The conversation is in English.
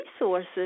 resources